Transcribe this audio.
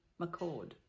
McCord